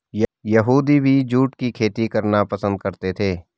यहूदी भी जूट की खेती करना पसंद करते थे